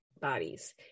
bodies